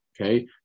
okay